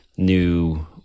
new